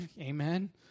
Amen